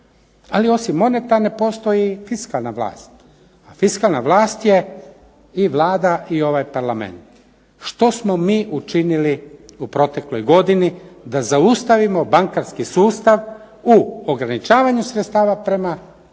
Ali osim monetarne postoji i fiskalna vlast, a fiskalna vlast je i Vlada i ovaj Parlament. Što smo mi učinili u protekloj godini da zaustavimo bankarski sustav u ograničavanju sredstava prema gospodarstvu